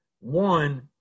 One